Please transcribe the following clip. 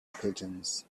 pigeons